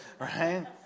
Right